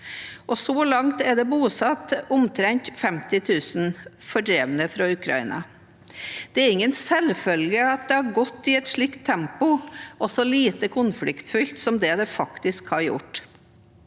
så langt er det bosatt omtrent 50 000 fordrevne fra Ukraina. Det er ingen selvfølge at dette har gått i et slikt tempo og har vært så lite konfliktfylt som det faktisk har vært.